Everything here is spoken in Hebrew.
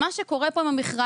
מה שקורה פה עם המכרז,